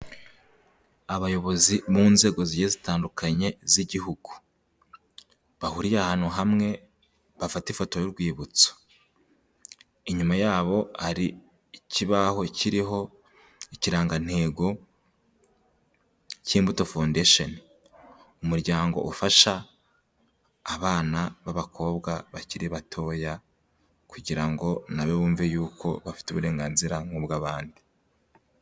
Abayobozi mu nzego zigiye zitandukanye z'igihugu bahuriye ahantu hamwe bafata ifoto y'urwibutso inyuma yabo hari ikibaho kiriho ikirangantego cy' imbuto foundation umuryango ufasha abana babakobwa bakiri batoya kugira ngo nabo bumve yuko bafite uburenganzira nk'ubwabandi.